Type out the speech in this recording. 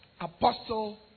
Apostle